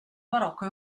barocco